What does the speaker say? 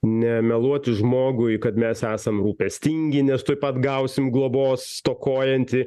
nemeluoti žmogui kad mes esam rūpestingi nes tuoj pat gausim globos stokojantį